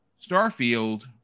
Starfield